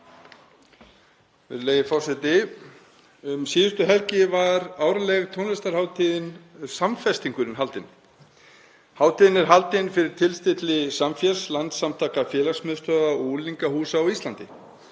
Um síðustu helgi var hin árlega tónlistarhátíð SamFestingurinn haldin. Hátíðin er haldin fyrir tilstilli Samfés, Landssamtaka félagsmiðstöðva og unglingahúsa á Íslandi.